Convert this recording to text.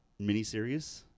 miniseries